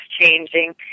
changing